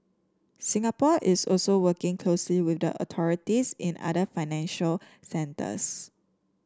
Singapore is also working closely with authorities in other financial centres